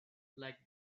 like